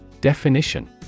Definition